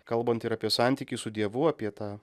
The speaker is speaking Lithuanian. kalbant ir apie santykį su dievu apie tą